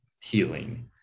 healing